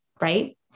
right